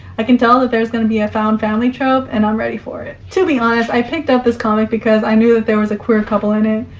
i can tell that there's gonna be a found family trope and i'm ready for it. to be honest, i picked up this comic because i knew that there was a queer couple in it.